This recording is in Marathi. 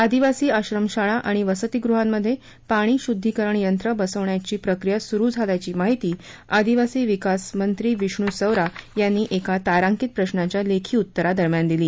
आदिवासी आश्रमशाळा आणि वसतीगृहांमध्ये पाणी शुद्धीकरण यंत्रं बसवण्याची प्रक्रिया सुरू झाल्याची माहिती अदिवासी विकास मंत्री विष्णु सवरा यांनी एका तारांकीत प्रश्नाच्या लेखी उत्तरादरम्यान दिली